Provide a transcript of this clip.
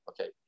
Okay